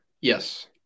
Yes